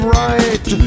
right